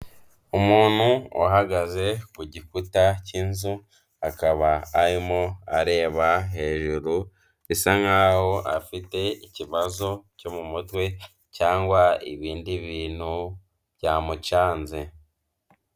Umuntu wahagaze ku gikuta k'inzu akaba arimo areba hejuru bisa nkaho afite ikibazo cyo mu mutwe cyangwa ibindi bintu byamucanze.